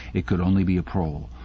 it could only be a prole.